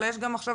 אלא יש גם עכשיו